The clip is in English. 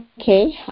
Okay